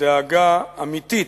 דאגה אמיתית,